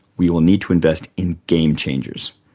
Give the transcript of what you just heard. we will need to invest in game changers.